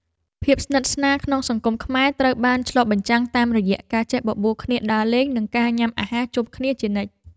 ភាពស្និទ្ធស្នាលក្នុងសង្គមខ្មែរត្រូវបានឆ្លុះបញ្ចាំងតាមរយៈការចេះបបួលគ្នាដើរលេង និងការញ៉ាំអាហារជុំគ្នាជានិច្ច។